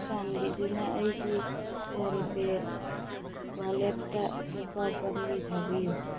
ꯆꯥꯟꯕꯤꯗꯨꯅ ꯑꯩꯒꯤ ꯐꯣꯟ ꯄꯦ ꯋꯥꯂꯦꯠꯇ ꯂꯨꯄꯥ ꯆꯝꯃꯔꯤ ꯊꯥꯕꯤꯌꯨ